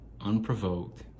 unprovoked